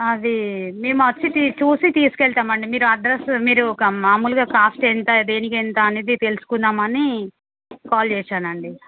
అది మేము వచ్చి చూసి తీసుకెళ్తామండి మీరు అడ్రస్ మీరు క మామూలుగా కాస్ట్ ఎంత దేనికి ఎంత అనేది తెలుసుకుందాము అని కాల్ చేశానండి